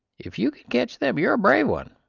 if you can catch them, you're a brave one!